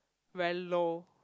very low